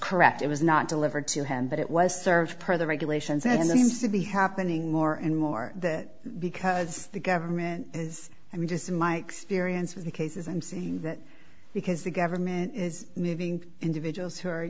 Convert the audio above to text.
correct it was not delivered to him but it was served per the regulations and the means to be happening more and more that because the government is i mean just in my experience with the cases and see that because the government is moving individuals